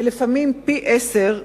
ולפעמים פי-עשרה,